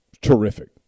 Terrific